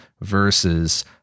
versus